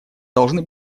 должны